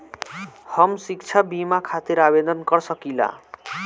हम शिक्षा बीमा खातिर आवेदन कर सकिला?